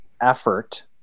effort